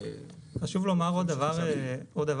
חשוב לומר עוד דבר אחד,